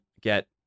get